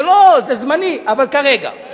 זה זמני, אבל כרגע.